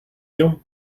you